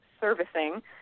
servicing